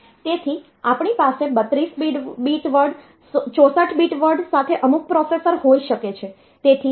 તેથી આપણી પાસે 32 બીટ વર્ડ 64 બીટ વર્ડ સાથે અમુક પ્રોસેસર હોઈ શકે છે